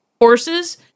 horses